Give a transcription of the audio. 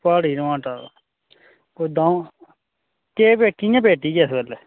प्हाड़ी टमाटर कोई द'ऊं केह् कि'यां पेटी ऐ इस बेल्लै